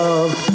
Love